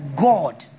God